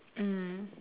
mm